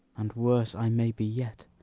and worse i may be yet.